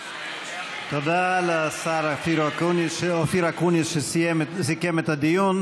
תודה לשר אופיר אקוניס, שסיכם את הדיון.